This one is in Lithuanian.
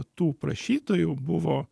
tų prašytojų buvo